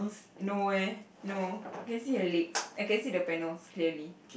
no eh no can see her legs I can see the panels clearly